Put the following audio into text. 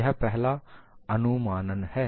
यह पहला अनुमानन है